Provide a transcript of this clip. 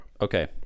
Okay